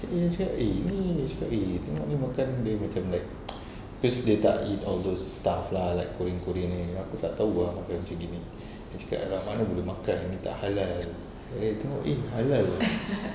kak dina cakap eh ni dia cakap eh tengok dia makan dia macam like because dia tak eat all those stuff lah like korean korean ni aku tak tahu uh kalau macam ni ni dia cakap lah mana boleh makan ni tak halal eh tak eh halal ah